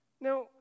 Now